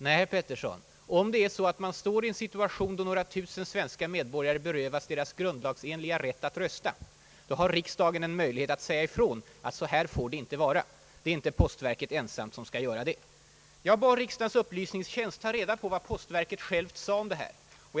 Nej, herr Pettersson, om vi be finner oss i en situation då några tusen svenska medborgare berövas sin grundlagsenliga rätt att rösta så har riksdagen rätt och möjlighet att säga ifrån att så här får det inte vara. Det är inte postverket som ensamt skall avgöra den här saken. Jag har bett riksdagens upplysningstjänst ta reda på vad postverket självt har sagt i ämnet.